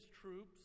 troops